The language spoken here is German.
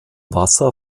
wasser